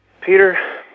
Peter